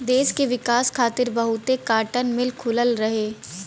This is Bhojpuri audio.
देस के विकास खातिर बहुते काटन मिल खुलल रहे